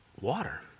water